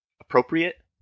appropriate